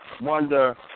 Wonder